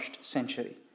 century